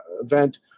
event